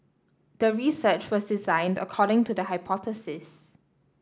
the research was designed according to the hypothesis